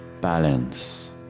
Balance